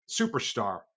superstar